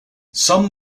some